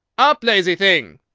up, lazy thing!